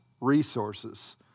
resources